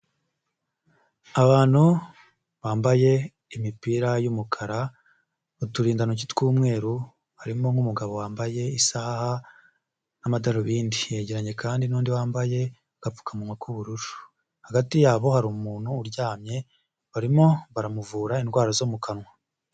Abantu bambaye imipira y'umukara, uturindantoki tw'umweru, harimo nk'umugabo wambaye isaha n'amadarubindi. Yegeranye kandi n'undi wambaye agapfukamunwa k'ubururu, hagati yabo hari umuntu uryamye barimo baramuvura indwara zo mukanwa.